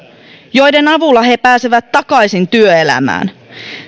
joiden avulla he pääsevät takaisin työelämään